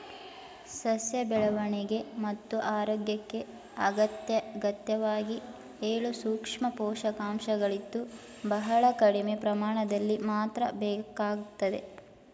ಸಸ್ಯ ಬೆಳವಣಿಗೆ ಮತ್ತು ಆರೋಗ್ಯಕ್ಕೆ ಅತ್ಯಗತ್ಯವಾಗಿ ಏಳು ಸೂಕ್ಷ್ಮ ಪೋಷಕಾಂಶಗಳಿದ್ದು ಬಹಳ ಕಡಿಮೆ ಪ್ರಮಾಣದಲ್ಲಿ ಮಾತ್ರ ಬೇಕಾಗ್ತದೆ